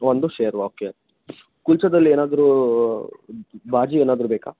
ಒಂದು ಶೆರ್ವ ಓಕೆ ಕುಲ್ಚದಲ್ಲಿ ಏನಾದರೂ ಬಾಜಿ ಏನಾದರೂ ಬೇಕಾ